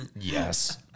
yes